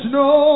no